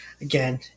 again